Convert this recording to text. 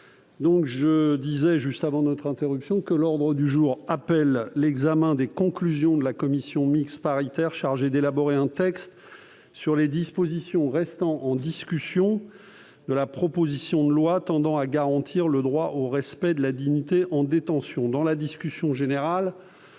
séance est suspendue. La séance est reprise. L'ordre du jour appelle l'examen des conclusions de la commission mixte paritaire chargée d'élaborer un texte sur les dispositions restant en discussion de la proposition de loi tendant à garantir le droit au respect de la dignité en détention (texte de la commission n° 473,